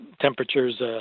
temperatures